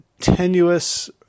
tenuous